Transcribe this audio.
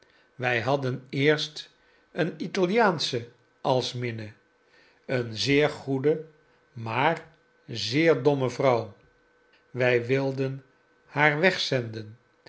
wij hadden eerst een italiaansche als minne een zeer goede maar zeer domme vrouw wij wilden haar wegzenden